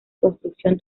construcción